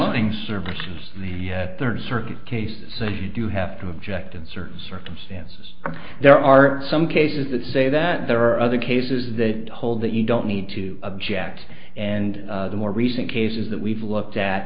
telling services the third circuit case so if you do have to object in certain circumstances there are some cases that say that there are other cases that hold that you don't need to object and the more recent cases that we've looked